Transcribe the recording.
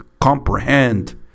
comprehend